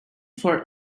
for